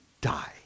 Die